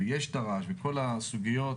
ויש תר"ש,